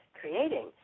creating